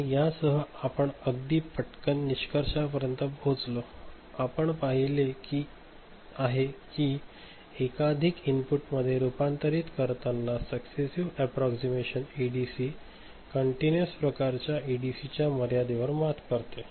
आणि यासह आपण अगदी पटकन निष्कर्षापर्यंत पोहोचलो आपण पाहिले आहे की एकाधिक इनपुटमध्ये रूपांतरित करताना सक्सेसिव एप्प्प्रॉक्सिमेशन एडीसी कंटिन्यूअस प्रकारच्या एडीसीच्या मर्यादेवर मात करते